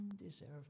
undeserved